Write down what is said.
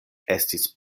estis